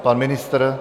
Pan ministr?